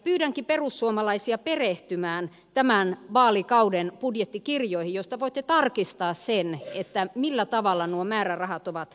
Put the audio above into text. pyydänkin perussuomalaisia perehtymään tämän vaalikauden budjettikirjoihin joista voitte tarkistaa sen millä tavalla nuo määrärahat ovat kehittyneet